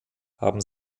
haben